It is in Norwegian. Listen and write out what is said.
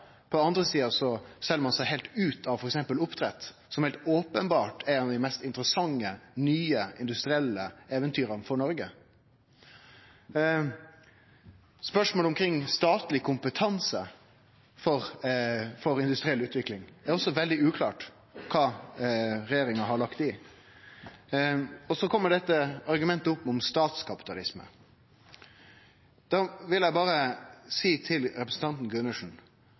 på den andre sida sel ein seg heilt ut av f.eks. oppdrett, som heilt openbert er eit av dei mest interessante, nye industrielle eventyra for Noreg. Spørsmålet omkring statleg kompetanse for industriell utvikling er det også veldig uklart kva regjeringa har lagt i. Og så kjem dette argumentet opp om statskapitalisme. Da vil eg berre seie til representanten